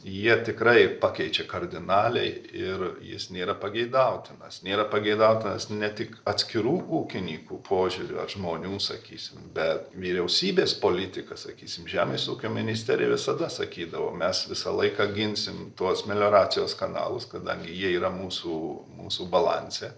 jie tikrai pakeičia kardinaliai ir jis nėra pageidautinas nėra pageidautinas ne tik atskirų ūkinykų požiūriu ar žmonių sakysim bet vyriausybės politika sakysim žemės ūkio ministerija visada sakydavo mes visą laiką ginsim tuos melioracijos kanalus kadangi jie yra mūsų mūsų balanse